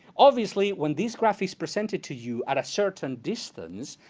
obviously, when these graphs presented to you at a certain distance,